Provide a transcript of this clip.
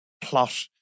plot